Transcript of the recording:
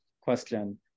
question